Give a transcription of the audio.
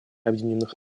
объединенных